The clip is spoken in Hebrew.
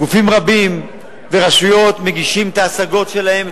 גופים רבים ורשויות מגישים את ההשגות שלהם,